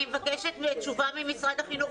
אני מבקשת תשובה ממשרד החינוך,